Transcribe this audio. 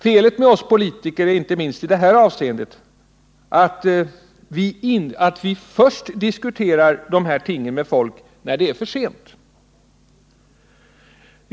Felet med oss politiker är, inte minst i det här avseendet, att vi diskuterar de här tingen med folk först då det är för sent.